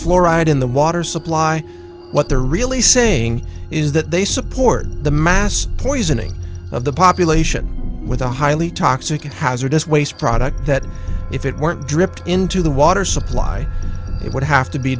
fluoride in the water supply what they're really saying is that they support the mass poisoning of the population with a highly toxic hazardous waste product that if it weren't dripped into the water supply it would have to be